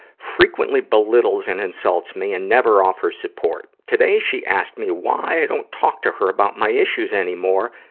frequently belittles and insults me, and never offers support. today she asked me why i don't talk to her about my issues anymore,